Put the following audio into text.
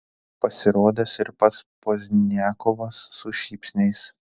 pasirodęs ir pats pozdniakovas su šypsniais